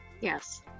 Yes